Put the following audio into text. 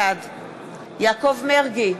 בעד יעקב מרגי,